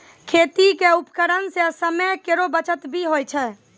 खेती क उपकरण सें समय केरो बचत भी होय छै